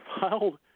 filed